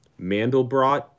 Mandelbrot